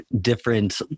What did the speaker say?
different